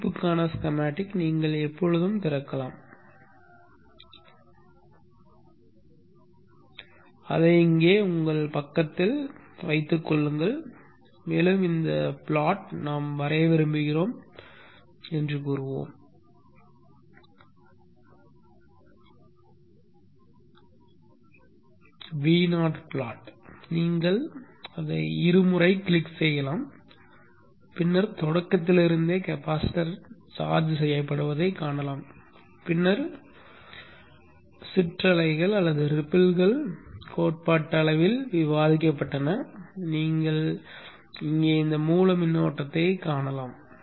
குறிப்புக்கான schematic நீங்கள் எப்பொழுதும் திறக்கலாம் அதை இங்கே உங்கள் பக்கத்தில் வைத்துக்கொள்ளுங்கள் மேலும் இந்த பிளாட்டை நாம் வரைய விரும்புகிறோம் என்று கூறுவோம் Vo plot நீங்கள் அதை இருமுறை கிளிக் செய்யலாம் பின்னர் தொடக்கத்திலிருந்தே கெப்பாசிட்டர் சார்ஜ் செய்யப்படுவதைக் காணலாம் பின்னர் சிற்றலைகள் கோட்பாட்டளவில் விவாதிக்கப்பட்டன நீங்கள் இங்கே மூல மின்னோட்டத்தை காணலாம்